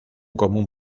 común